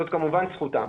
זאת כמובן זכותם.